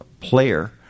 player